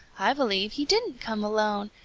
i believe he didn't come alone,